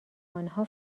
آنها